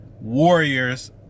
warriors